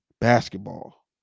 basketball